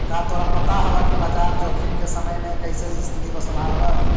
का तोरा पता हवअ कि बाजार जोखिम के समय में कइसे स्तिथि को संभालव